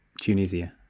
Tunisia